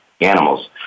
animals